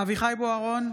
אביחי אברהם בוארון,